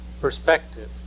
perspective